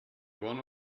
one